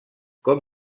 com